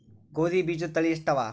ಗೋಧಿ ಬೀಜುದ ತಳಿ ಎಷ್ಟವ?